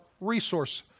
resource